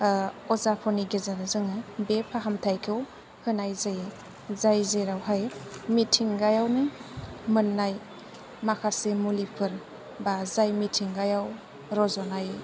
अजाफोरनि गेजेरजों बे फाहामथायखौ होनाय जायो जाय जेरावहाय मिथिंगायावनो मोन्नाय माखासे मुलिफोर बा जाय मिथिंगायाव रज'नाय